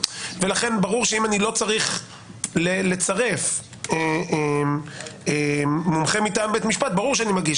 לכן ברור שאם אני לא צריך לצרף מומחה מטעם בית משפט ברור שאני מגיש.